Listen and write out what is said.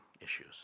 issues